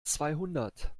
zweihundert